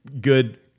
good